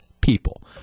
people